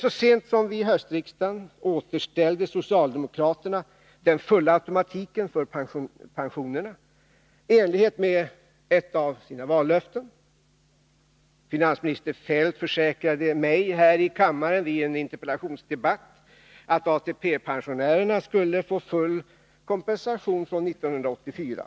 Så sent som vid höstriksdagen återställde socialdemokraterna i enlighet med ett av sina vallöften den fulla automatiken när det gäller uppräkningen av pensionerna. Finansminister Feldt försäkrade mig vid en interpellationsdebatt här i kammaren att ATP-pensionärerna skulle få full kompensation fr.o.m. 1984.